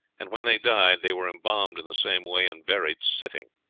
and when they died they were embalmed in the same way and buried sitting